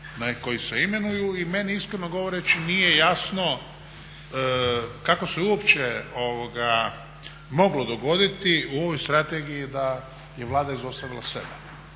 koji se imenuju i meni iskreno govoreći nije jasno kako se uopće moglo dogoditi u ovoj strategiji da je Vlada izostavila sebe.